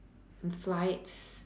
flights